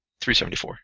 374